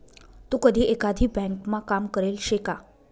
तू कधी एकाधी ब्यांकमा काम करेल शे का?